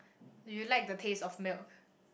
do you like the taste of milk